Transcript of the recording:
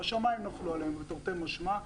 השמיים נפלו עליהן, תרתי משמע.